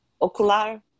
ocular